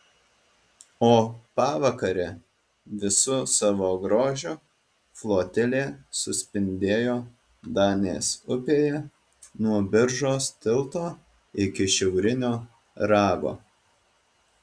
o pavakare visu savo grožiu flotilė suspindėjo danės upėje nuo biržos tilto iki šiaurinio rago